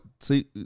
see